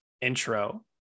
intro